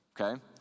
Okay